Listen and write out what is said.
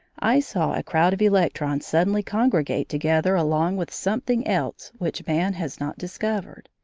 i saw a crowd of electrons suddenly congregate together along with something else which man has not discovered.